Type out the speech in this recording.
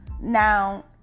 Now